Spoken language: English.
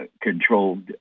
controlled